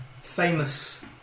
famous